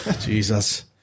Jesus